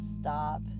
stop